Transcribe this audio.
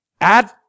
Add